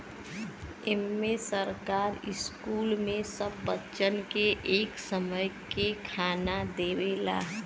इम्मे सरकार स्कूल मे सब बच्चन के एक समय के खाना देवला